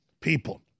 people